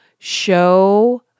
Show